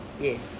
Yes